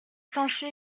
s’ensuit